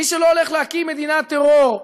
מי שלא הולך להקים מדינת טרור,